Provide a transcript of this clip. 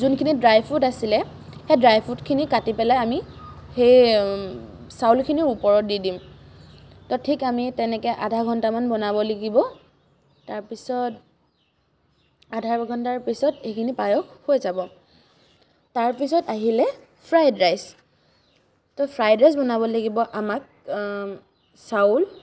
যোনখিনি dry fruit আছিলে সেই ড্ৰাই ফ্ৰুটখিনি কাটি পেলাই আমি সেই চাউলখিনিৰ ওপৰত দি দিম ঠিক আমি তেনেকৈ আধা ঘণ্টামান বনাব লাগিব তাৰপিছত আধাঘণ্টাৰ পিছত সেইখিনি পায়স হৈ যাব তাৰপিছত আহিলে ফ্ৰাইড ৰাইচ তো ফ্ৰাইড ৰাইচ বনাব লাগিব আমাক চাউল